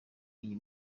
iyi